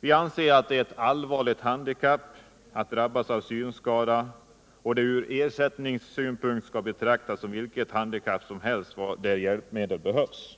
Vi anser att det är ett allvarligt handikapp att drabbas av synskada och att synnedsättning ur ersättningssynpunkt skall betraktas som vilket handikapp som helst där hjälpmedel behövs.